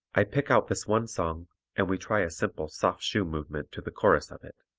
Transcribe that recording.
i pick out this one song and we try a simple soft-shoe movement to the chorus of it.